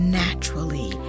naturally